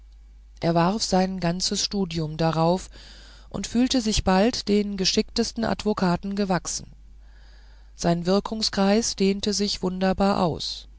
er warf sein ganzes studium darauf und fühlte sich bald den geschicktesten advokaten gewachsen sein wirkungskreis dehnte sich wunderbar aus